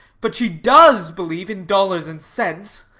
but she does believe in dollars and cents.